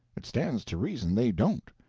it stands to reason they don't.